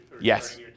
Yes